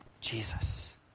Jesus